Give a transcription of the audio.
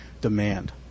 demand